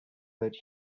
that